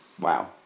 Wow